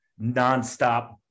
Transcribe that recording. nonstop